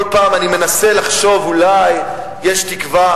כל פעם אני מנסה לחשוב אולי יש תקווה.